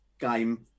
game